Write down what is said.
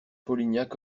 polignac